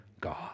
God